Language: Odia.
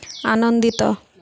ଆନନ୍ଦିତ